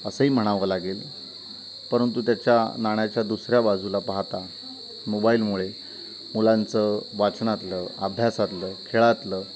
असंही म्हणावं लागेल परंतु त्याच्या नाण्याच्या दुसऱ्या बाजूला पाहता मोबाईलमुळे मुलांचं वाचनातलं अभ्यासातलं खेळातलं